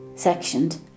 Sectioned